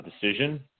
decision